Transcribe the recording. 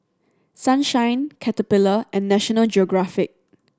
Sunshine Caterpillar and National Geographic